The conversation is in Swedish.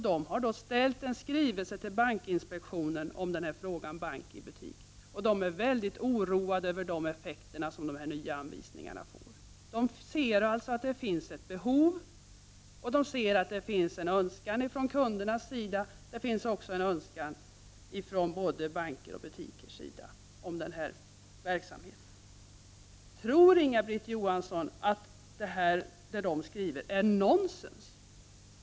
De har ställt en skrivelse till bankinspektionen om frågan ”bank i butik”. De är väldigt oroade över de effekter som de nya anvisningarna får. De ser att det finns ett behov och en önskan från kundernas sida. Det finns också en önskan från både banker och butiker om denna verksamhet. Tror Inga-Britt Johansson att det föreningen skriver är nonsens?